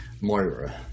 moira